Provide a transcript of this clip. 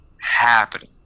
happening